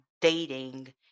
dating